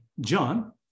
John